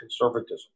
conservatism